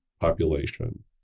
population